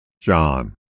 John